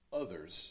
others